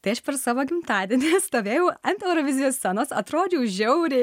tai aš per savo gimtadienį stovėjau ant eurovizijos scenos atrodžiau žiauriai